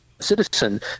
citizen